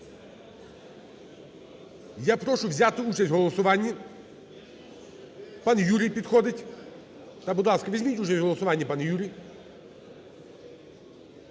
Я прошу взяти участь в голосуванні, пан Юрій підходить, будь ласка, візьміть участь в голосуванні, пан Юрій.